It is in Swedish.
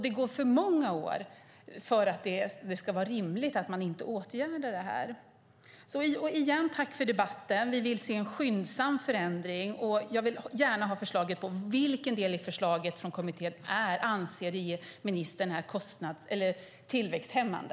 Det går för många år för att det ska vara rimligt att man inte åtgärdar detta. Tack för debatten. Vi vill se en skyndsam förändring. Jag vill gärna få höra vilken del i förslaget från kommittén som ministern anser vara tillväxthämmande.